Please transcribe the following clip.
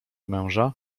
męża